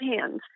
hands